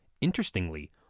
Interestingly